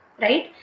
right